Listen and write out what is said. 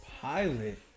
pilot